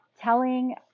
telling